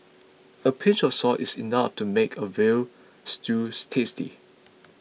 a pinch of salt is enough to make a Veal Stews tasty